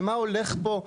ומה הולך פה?